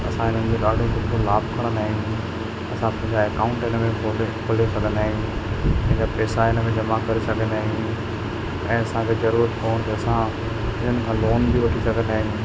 असां हिननि जो ॾाढो सुठो लाभु खणंदा आहियूं असां पंहिंजो एकाउंट इन में खोले खोले सघंदा आहियूं पंहिंजा पेसा हिन में जमा करे सघंदायूंं ऐं असांखे जरूअत पवनि ते असां हिननि खां लोन बि वठी सघंदा आहियूं